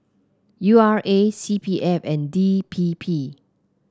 U R A C P F and D P P